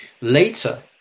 Later